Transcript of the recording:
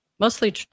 mostly